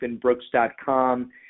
Brooks.com